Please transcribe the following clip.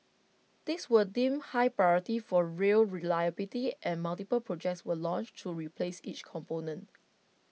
these were deemed high priority for rail reliability and multiple projects were launched to replace each component